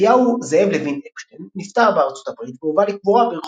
אליהו זאב לוין אפשטיין נפטר בארצות הברית והובא לקבורה ברחובות.